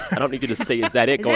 i don't need you to say, is that it?